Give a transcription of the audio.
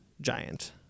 Giant